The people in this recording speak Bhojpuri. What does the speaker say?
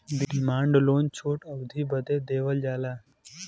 डिमान्ड लोन छोट अवधी बदे देवल जाला